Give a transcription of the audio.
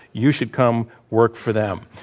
you should come work for them.